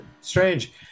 strange